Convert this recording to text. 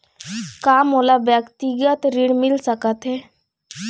का मोला व्यक्तिगत ऋण मिल सकत हे?